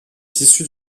tissu